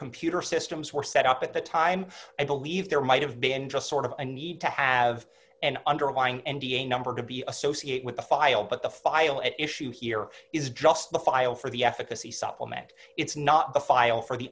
computer systems were set up at the time i believe there might have been just sort of a need to have an underlying n d a number to be associate with a file but the file at issue here is just the file for the efficacy supplement it's not a file for the